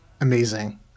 Amazing